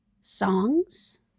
songs